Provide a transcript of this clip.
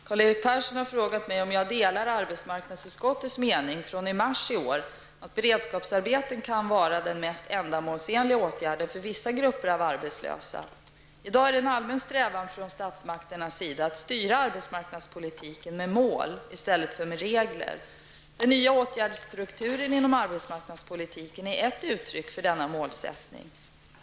Herr talman! Karl-Erik Persson har frågat mig om jag delar arbetsmarknadsutskottets mening från mars i år att beredskapsarbeten kan vara den mest ändamålsenliga åtgärden för vissa grupper av arbetslösa. I dag är det en allmän strävan från statsmakternas sida att styra arbetsmarknadspolitiken med mål i stället för med regler. Den nya åtgärdsstrukturen inom arbetsmarknadspolitiken är ett uttryck för denna målsättning.